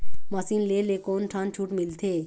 Machine ले ले कोन ठन छूट मिलथे?